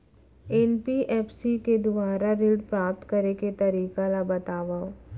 NBFC के दुवारा ऋण प्राप्त करे के तरीका ल बतावव?